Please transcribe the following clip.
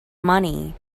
money